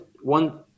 one